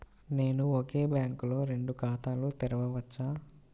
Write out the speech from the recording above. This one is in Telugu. నేను ఒకే బ్యాంకులో రెండు ఖాతాలు తెరవవచ్చా?